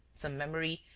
some memory,